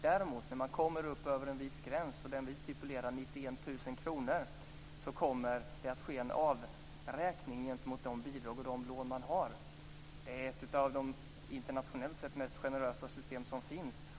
När man däremot kommer över en viss gräns - den vi stipulerar ligger på 91 000 kr - kommer det att ske en avräkning gentemot de bidrag och lån man har. Internationellt sett är detta ett av de mest generösa system som finns.